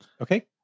okay